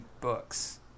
books